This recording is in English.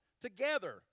together